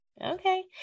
Okay